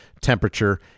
temperature